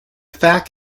fact